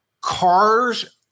cars